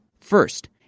First